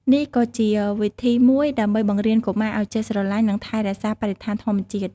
នេះក៏ជាវិធីមួយដើម្បីបង្រៀនកុមារឲ្យចេះស្រឡាញ់និងថែរក្សាបរិស្ថានធម្មជាតិ។